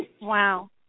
Wow